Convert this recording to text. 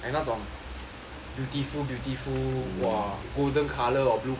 beautiful beautiful golden colour or blue colour skin